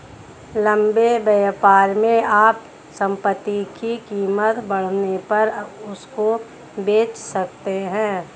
लंबे व्यापार में आप संपत्ति की कीमत बढ़ने पर उसको बेच सकते हो